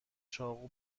چاقو